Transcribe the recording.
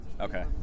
Okay